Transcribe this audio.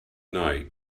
night